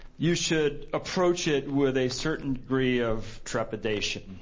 you should approach it with a certain degree of trepidation.